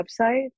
website